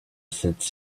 cette